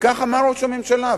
וכך אמר ראש הממשלה,